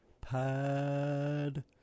Pad